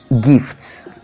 gifts